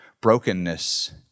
brokenness